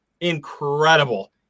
incredible